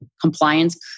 Compliance